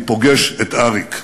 אני פוגש את אריק.